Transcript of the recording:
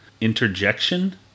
interjection